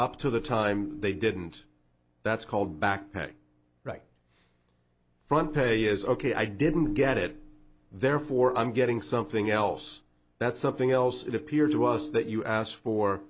up to the time they didn't that's called backpack right from pay is ok i didn't get it therefore i'm getting something else that's something else it appears to us that you asked for